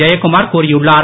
Jayakumar கூறியுன்ளார்